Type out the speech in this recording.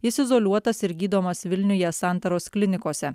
jis izoliuotas ir gydomas vilniuje santaros klinikose